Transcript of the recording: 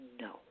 No